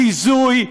ביזוי,